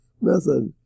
method